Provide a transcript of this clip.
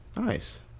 Nice